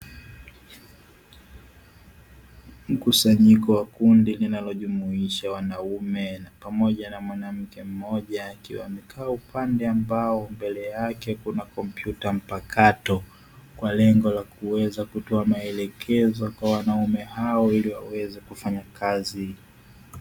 Mkusanyiko wa kundi linalojumuisha wanaume pamoja na mwanamke mmoja, akiwa amekaa upande ambao mbele yake kuna kompyuta mpakato, kwa lengo la kuweza kutoa maelekezo kwa wanaume hao ili waweze kufanya kazi.